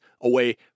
away